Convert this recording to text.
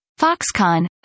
Foxconn